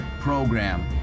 Program